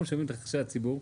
אנחנו שומעים את רחשי הציבור,